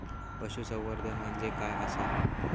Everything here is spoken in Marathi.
पशुसंवर्धन म्हणजे काय आसा?